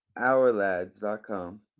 OurLads.com